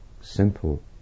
simple